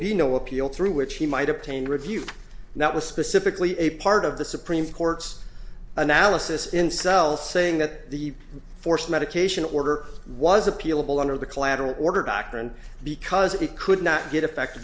be no appeal through which he might obtain review and that was specifically a part of the supreme court's analysis in cell saying that the force medication order was appealable under the collateral order doctrine because he could not get effect